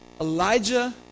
Elijah